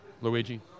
Luigi